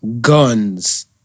Guns